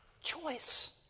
choice